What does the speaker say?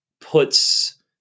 puts